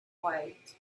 wait